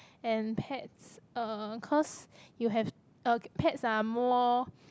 and pets uh cause you have uh pets are more